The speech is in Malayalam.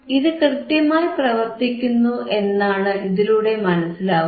ഇത് കൃത്യമായി പ്രവർത്തിക്കുന്നു എന്നാണ് ഇതിലൂടെ മനസിലാകുന്നത്